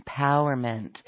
empowerment